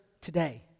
today